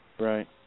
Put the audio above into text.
Right